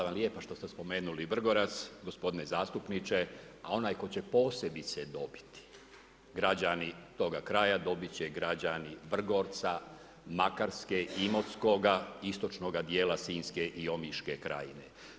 Hvala lijepo što ste spomenuli Vrgorac, gospodine zastupniče, a onaj tko će posebice dobiti, građani toga kraja, dobiti će građani Vrgorca, Makarske, Imotskoga, istočnoga dijela Sinjske i Omiške krajine.